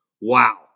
Wow